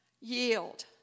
Yield